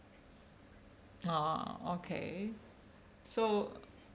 orh okay so